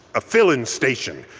a filling station.